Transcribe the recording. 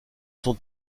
son